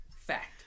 Fact